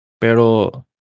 Pero